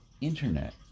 internet